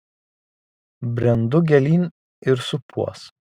brendu gilyn ir supuos